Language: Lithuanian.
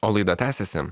o laida tęsiasi